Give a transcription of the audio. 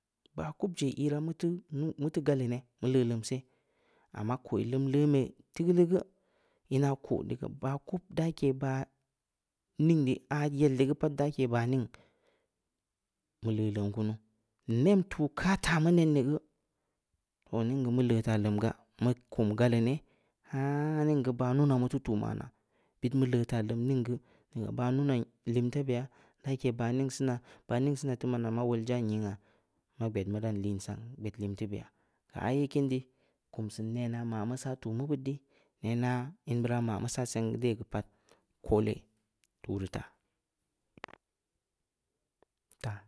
Baah kub je iira, mu-mu ti galeu ne, mu leuleum seh, amma koi leumleun be yii tigeuleu geu, inaa ko diga baah kub dakeh baah ning di, aah yel di geu pat dakeh baa ning, mu leuleum kunu. Nem tuuh kaa taa mu nen ni geu toh ning geu mu leu taa leum ga, mu kum galeu neh, haaaaaa! Ning geu baah nuna, mu teu tuuh manaa, bid mu leu taah leum ning geu, baa nunaa limta beya, dakeh ba ningsinaa, baah ningsinaa teu manaa, ma wol jan nyingha, ma gbed mu dan liin sang, gbed limteu beyaa, keu aye kin dii, kum sin nenaa ma mu saa tuuh mu beud di, nena inbra ma mu saa seg de geu pad koole, tuuh ri taah, taah.